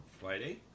Friday